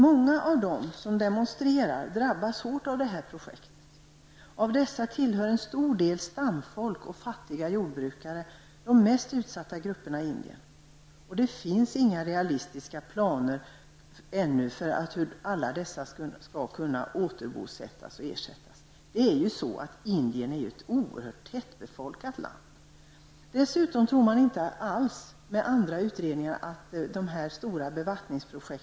Många av dem som demonstrerar drabbas hårt av detta projekt. En stor del av dem hör till grupperna stamfolk och fattiga jordbrukare -- de mest utsatta grupperna i Indien. Det finns ännu inga realistiska planer för hur alla dessa människor skall kunna återbosättas och ersättas. Indien är ju ett oerhört tättbefolkat land. Dessutom tror man inte alls, enligt andra utredningar, att det blir möjligt att klara av dessa stora bevattningsprojekt.